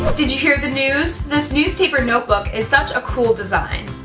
did you hear the news? this newspaper notebook is such a cool design!